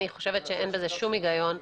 אני חושבת שאין בזה שום היגיון.